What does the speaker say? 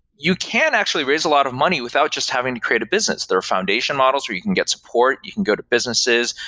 you can actually raise a lot of money without just having to create a business. there are foundation models where you can get support. you can go to businesses.